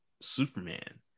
superman